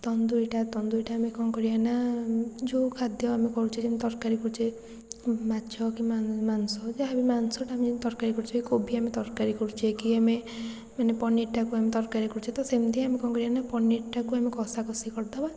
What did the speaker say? ତନ୍ଦୁରୀଟା ତନ୍ଦୁରିଟା ଆମେ କ'ଣ କରିବା ନା ଯେଉଁ ଖାଦ୍ୟ ଆମେ କରୁଛେ ଯେମିତି ତରକାରୀ କରୁଛେ ମାଛ କିମ୍ବା ମାଂସ ମାଂସଟା ଆମେ ଯେମିତି ତରକାରୀ କରୁଛେ କୋବି ଆମେ ତରକାରୀ କରୁଛେ କି ଆମେ ମାନେ ପନିର୍ଟାକୁ ଆମେ ତରକାରୀ କରୁଛେ ତ ସେମିତି ଆମେ କ'ଣ କରିବା ନା ପନିର୍ଟାକୁ ଆମେ କଷାକଷି କରିଦେବା